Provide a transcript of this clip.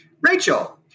Rachel